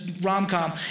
rom-com